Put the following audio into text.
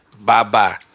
Bye-bye